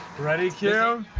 ready, q?